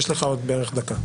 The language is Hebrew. יש לך עוד דקה בערך.